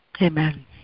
Amen